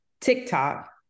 TikTok